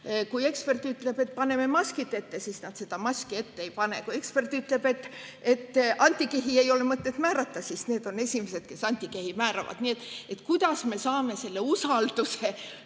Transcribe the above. Kui ekspert ütleb, et paneme maskid ette, siis nemad maski ette ei pane. Kui ekspert ütleb, et antikehi ei ole mõtet määrata, siis nemad on esimesed, kes lasevad antikehi määrata. Kuidas me saame usalduse